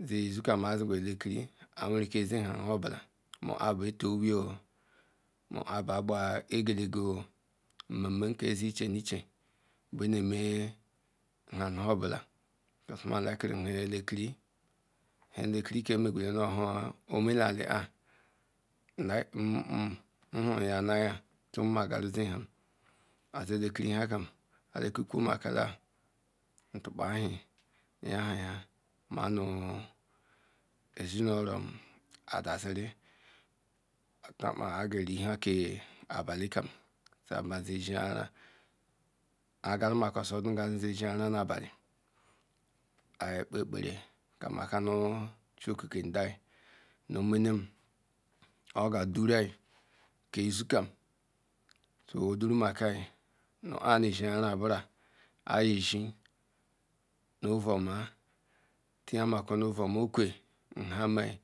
Iziki yam aze ru elekiri aweruke zenha ogbula ma obu nha bette eioi ma ah beji ga gbe egehage ma nmam mmen ka zinenuhe nuche bam zigam nha elekiri ke bu nha oma nalu nhuruyahaya agawa zi ham nnhuruya aya ahakiri kwele nhayam ntukpe ehie ma nu ezi nu orom zeodaziri riha ke abali abazie zie ayara nu abali azie kpe ekpare kamakanu chio oke ndayi nu omemu oganu durayi kazi kiam abuez ayara aye zie nu ovu oma okwe ma nhareyor meyi